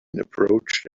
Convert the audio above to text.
approached